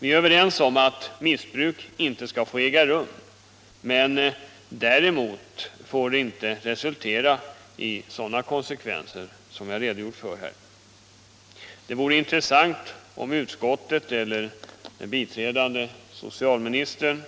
Vi är överens om att missbruk inte skall få äga rum, men däremot får bestämmelserna inte leda till sådana konsekvenser som jag här redogjort för. Det vore intressant om utskottets företrädare eller biträdande socialministern